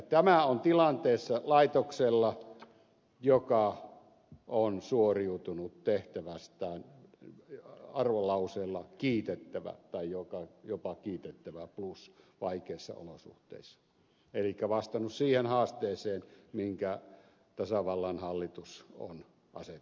tämä on tilanne laitoksella joka on suoriutunut tehtävästään arvolauseella kiitettävä tai jopa kiitettävä plus vaikeissa olosuhteissa elikkä vastannut siihen haasteeseen jonka tasavallan hallitus on asettanut